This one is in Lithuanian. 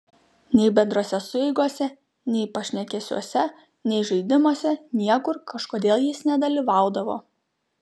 nei bendrose sueigose nei pašnekesiuose nei žaidimuose niekur kažkodėl jis nedalyvaudavo